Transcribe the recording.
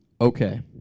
Okay